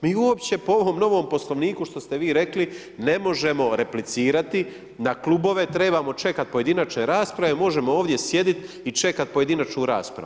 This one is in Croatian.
Mi uopće po ovom novom Poslovniku, što ste vi rekli, ne možemo replicirati, na klubove trebamo čekati pojedinačne rasprave, možemo ovdje sjediti i čekati pojedinačnu raspravu.